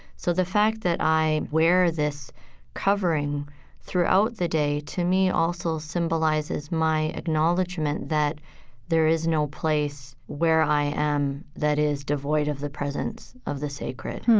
so that fact that i wear this covering throughout the day, to me, also symbolizes my acknowledgment that there is no place where i am that is devoid of the presence of the sacred